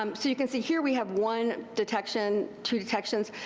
um so you can see here we have one detection, two detections.